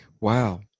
Wow